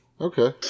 Okay